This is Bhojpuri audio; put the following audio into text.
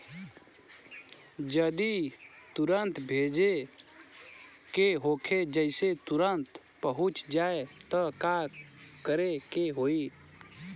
जदि तुरन्त भेजे के होखे जैसे तुरंत पहुँच जाए त का करे के होई?